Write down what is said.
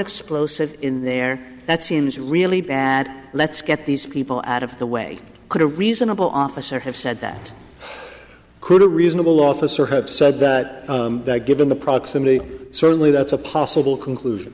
explosive in there that seems really bad let's get these people out of the way could a reasonable officer have said that could a reasonable officer have said that given the proximity certainly that's a possible conclusion